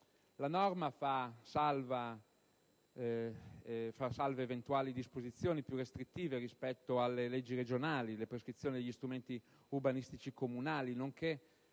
La norma fa salve eventuali disposizioni più restrittive previste dalle leggi regionali, le prescrizioni degli strumenti urbanistici comunali, nonché